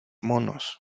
monos